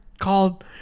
called